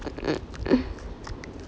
mm